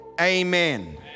Amen